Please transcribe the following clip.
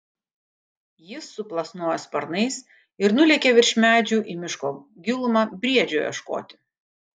jis suplasnojo sparnais ir nulėkė virš medžių į miško gilumą briedžio ieškoti